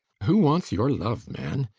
who wants your love, man?